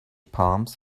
palms